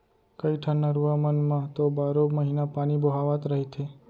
कइठन नरूवा मन म तो बारो महिना पानी बोहावत रहिथे